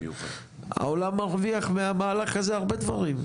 העולם מרוויח מהמהלך הזה הרבה דברים.